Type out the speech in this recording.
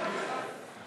חבר הכנסת חיים ילין,